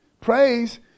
praise